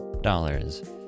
dollars